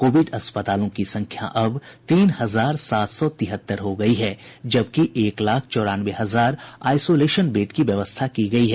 Covid अस्पतालों की संख्या अब तीन हजार सात सौ तिहत्तर हो गयी हैं जबकि एक लाख चौरानवे हजार आईसोलेशन बेड की व्यवस्था की गयी है